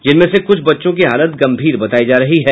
जिनमें से कुछ बच्चों की हालत गंभीर बतायी जा रही है